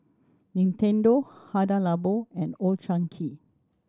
Nintendo Hada Labo and Old Chang Kee